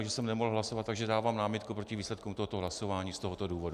Takže jsem nemohl hlasovat, takže dávám námitku proti výsledkům tohoto hlasování z tohoto důvodu.